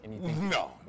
No